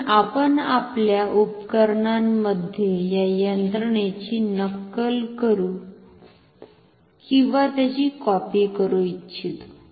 म्हणून आपण आपल्या उपकरणांमध्ये या यंत्रणेची नक्कल करू किंवा त्याची कॉपी करू इच्छितो